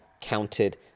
counted